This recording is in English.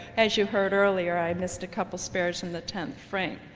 as you heard earlier i missed a couple spares in the tenth frame.